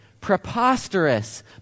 preposterous